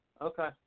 Okay